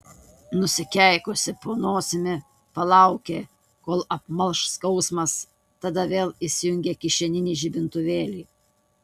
nusikeikusi po nosimi palaukė kol apmalš skausmas tada vėl įsijungė kišeninį žibintuvėlį